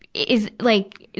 is like,